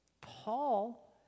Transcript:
Paul